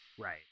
Right